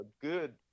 good